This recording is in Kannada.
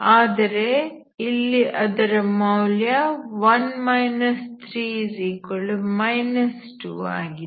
ಆದರೆ ಅದರ ಮೌಲ್ಯವು 1 3 2 ಆಗಿದೆ